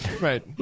Right